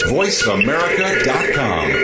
voiceamerica.com